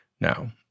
Now